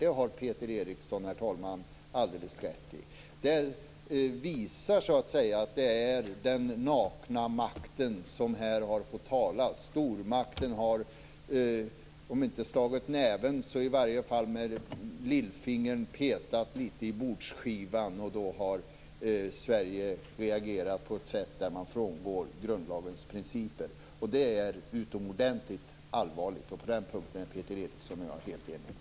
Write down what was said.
Det har Peter Eriksson, herr talman, alldeles rätt i. Det visar att det är den nakna makten som här har fått tala. Stormakten har om inte slagit näven i bordet så med lillfingret petat litet i bordsskivan, och då har Sverige reagerat på ett sätt där man frångår grundlagens principer. Det är utomordentligt allvarligt. På den punkten är Peter Eriksson och jag helt eniga.